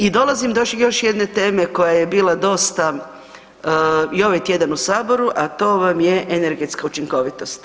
I dolazim do još jedne teme koja je bila dosta i ovaj tjedan u saboru, a to vam je energetska učinkovitost.